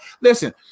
Listen